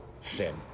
sin